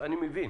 אני מבין